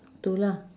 tu lah